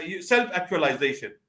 self-actualization